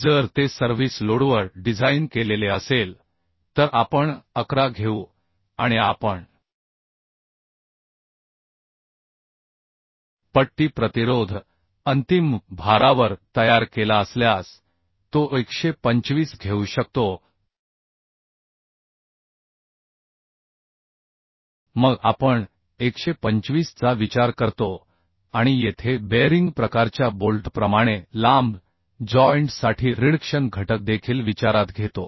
जर ते सर्व्हिस लोडवर डिझाइन केलेले असेल तर आपण 11 घेऊ आणि आपण पट्टी प्रतिरोध अंतिम भारावर तयार केला असल्यास तो 125 घेऊ शकतो मग आपण 125 चा विचार करतो आणि येथे बेअरिंग प्रकारच्या बोल्टप्रमाणे लांब जॉइंट साठी रिडक्शन घटक देखील विचारात घेतो